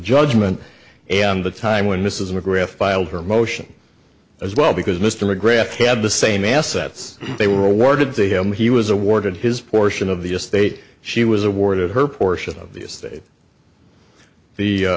judgement and the time when mrs mcgrath filed her motion as well because mr mcgrath had the same assets they were awarded to him he was awarded his portion of the estate she was awarded her portion of the estate the